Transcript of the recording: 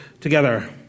together